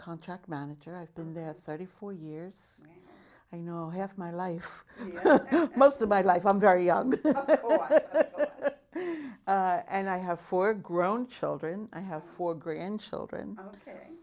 contract manager i've been there thirty four years i know half my life most of my life i'm very young and i have four grown children i have four grandchildren